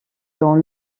dans